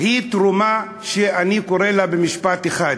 היא תרומה שאני קורא לה במשפט אחד: